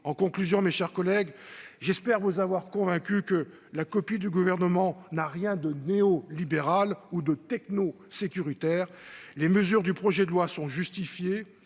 En conclusion, mes chers collègues, j'espère vous avoir convaincus que la copie du Gouvernement n'a rien de néolibéral ou de techno-sécuritaire. Les mesures du projet de loi sont justifiées